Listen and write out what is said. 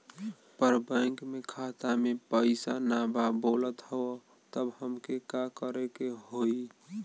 पर बैंक मे खाता मे पयीसा ना बा बोलत हउँव तब हमके का करे के होहीं?